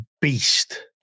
beast